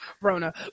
Rona